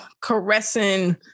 caressing